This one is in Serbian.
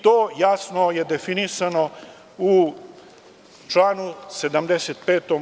To je jasno definisano u članu 75.